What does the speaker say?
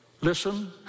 Listen